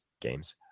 games